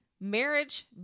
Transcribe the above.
Marriage